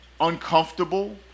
uncomfortable